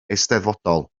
eisteddfodol